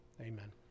amen